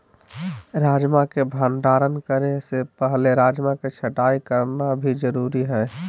राजमा के भंडारण करे से पहले राजमा के छँटाई करना भी जरुरी हय